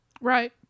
right